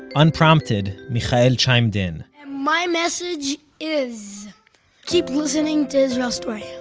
unprompted, michael chimed in my message is keep listening to israel story